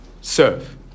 serve